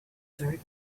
third